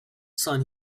son